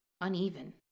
uneven